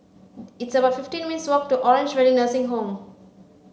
it's about fifteen minutes' walk to Orange Valley Nursing Home